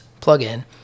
plugin